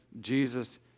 Jesus